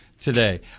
today